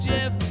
Jeff